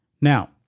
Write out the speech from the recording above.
Now